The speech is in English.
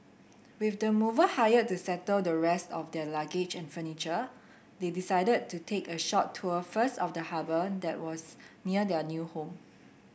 with the mover hired to settle the rest of their luggage and furniture they decided to take a short tour first of the harbour that was near their new home